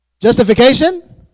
Justification